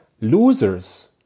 Losers